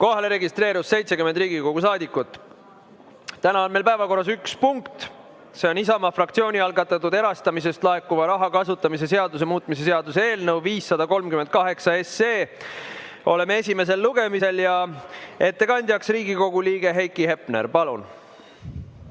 Kohalolijaks registreerus 70 Riigikogu saadikut. Täna on meil päevakorras üks punkt, see on Isamaa fraktsiooni algatatud erastamisest laekuva raha kasutamise seaduse muutmise seaduse eelnõu 538. Oleme esimesel lugemisel ja ettekandjaks on Riigikogu liige Heiki Hepner. Palun!